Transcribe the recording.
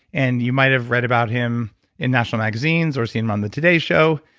and you might've read about him in national magazines or seen him on the today show.